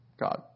God